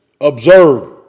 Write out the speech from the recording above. Observe